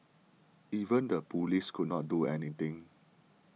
even the police could not do anything